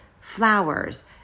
Flowers